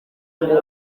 ngo